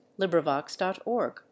LibriVox.org